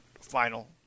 final